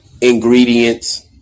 ingredients